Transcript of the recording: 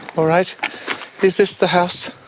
all right? is this the house